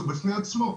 הוא בפני עצמו.